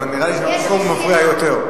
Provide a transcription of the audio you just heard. אבל נראה לי שמהמקום הוא מפריע יותר.